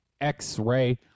x-ray